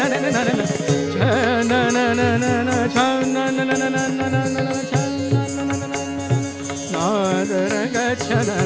no no no no no no no no no no no no